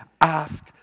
Ask